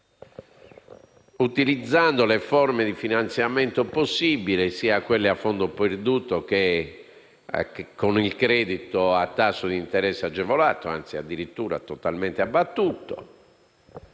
utilizzando le forme di finanziamento possibile, sia quelle a fondo perduto sia con il credito a tasso d'interesse agevolato, anzi addirittura totalmente abbattuto.